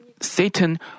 Satan